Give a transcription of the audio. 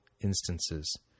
instances